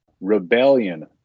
rebellion